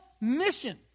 mission